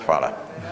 Hvala.